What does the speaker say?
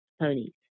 ponies